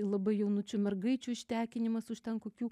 labai jaunučių mergaičių ištekinimas už ten kokių